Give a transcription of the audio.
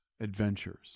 adventures